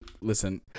Listen